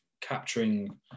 capturing